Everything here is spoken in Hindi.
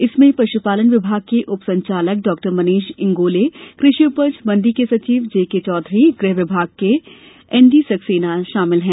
इसमे पश्पालन विभाग के उपसंचालक डॉक्टर मनीष इंगोले कृषि उपज मंडी के सचिव जेके चौधरी गृह विभाग के एन डी सक्सेना शामिल हैं